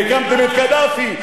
והקמתם את קדאפי,